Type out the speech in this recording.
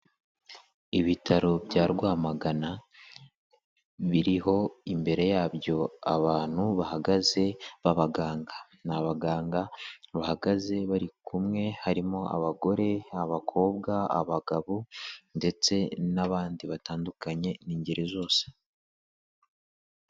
Ibitaro bya Rwamagana biriho imbere yabyo abantu bahagaze b'abaganga, ni abaganga bahagaze bari kumwe harimo abagore, abakobwa, abagabo ndetse n'abandi batandukanye n'ingeri zose.